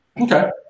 Okay